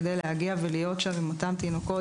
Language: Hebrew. כדי להגיע ולהיות שם עם אותם תינוקות